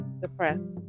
depressed